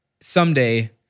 someday